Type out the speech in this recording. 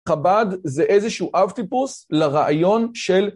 חבד זה איזשהו אבטיפוס לרעיון של